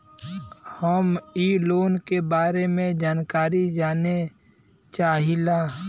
हम इ लोन के बारे मे जानकारी जाने चाहीला?